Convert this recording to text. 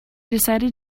decided